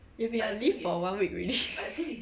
you have been on leave for one week already